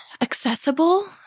accessible